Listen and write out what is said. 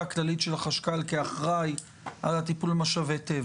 הכללית של החשכ"ל כאחראי על הטיפול במשאבי טבע,